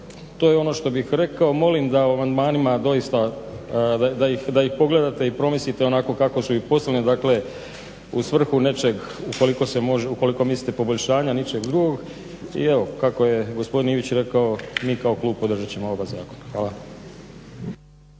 to je ono što bih rekao. Molim da o amandmanima doista da ih pogledate i promislite onako kako su i poslani dakle u svrhu nečeg ukoliko mislite poboljšanja ničeg drugog i evo kako je gospodin Ivić rekao mi kao klub podržat ćemo oba zakona. Hvala.